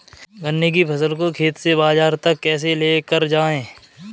गन्ने की फसल को खेत से बाजार तक कैसे लेकर जाएँ?